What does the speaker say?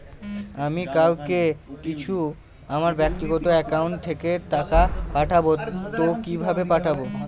আমি কাউকে কিছু আমার ব্যাক্তিগত একাউন্ট থেকে টাকা পাঠাবো তো কিভাবে পাঠাবো?